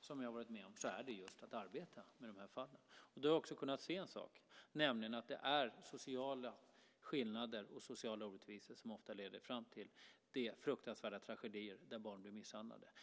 som jag har varit med om så är det just att arbeta med de här fallen. Då har jag också kunnat se en sak, nämligen att det är sociala skillnader och sociala orättvisor som ofta leder fram till de fruktansvärda tragedier där barn blir misshandlade.